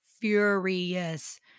furious